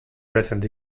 recent